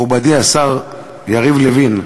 מכובדי השר יריב לוין,